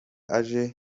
aje